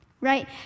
Right